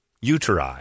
uteri